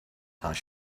has